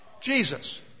Jesus